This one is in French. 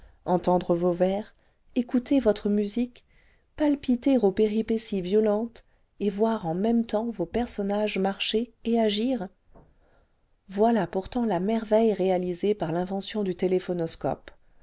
entendre vos vers écouter votre musique palpiter aux péripéties violentes et voir en même temps vos personnages marcher et agir voilà pourtant la merveille réabsée par l'invention du téléphonoscope